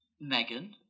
Megan